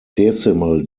decimal